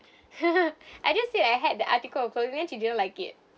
I just say I had the article will convince she didn't like it